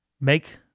make